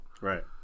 Right